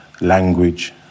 language